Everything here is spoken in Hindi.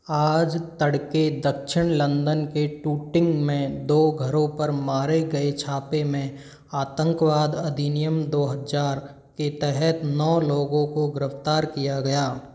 आज तड़के दक्षिण लंदन के टूटिंग में दो घरों पर मारे गए छापे में आतंकवाद अधिनियम दो हज़ार के तहत नौ लोगों को गिरफ़्तार किया गया